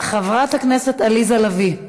חברת הכנסת עליזה לביא,